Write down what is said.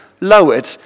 lowered